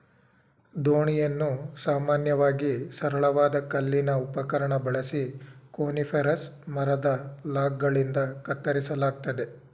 ದೋಣಿಯನ್ನು ಸಾಮಾನ್ಯವಾಗಿ ಸರಳವಾದ ಕಲ್ಲಿನ ಉಪಕರಣ ಬಳಸಿ ಕೋನಿಫೆರಸ್ ಮರದ ಲಾಗ್ಗಳಿಂದ ಕತ್ತರಿಸಲಾಗ್ತದೆ